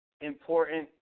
important